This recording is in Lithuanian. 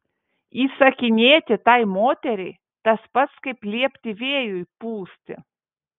įsakinėti tai moteriai tas pats kaip liepti vėjui pūsti